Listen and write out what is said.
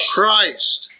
Christ